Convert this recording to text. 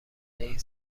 این